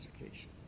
education